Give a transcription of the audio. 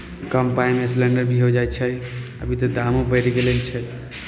कम पाइमे स्प्लैण्डर भी हो जाइ छै अभी तऽ दामो बढ़ि गेलै छै